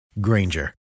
Granger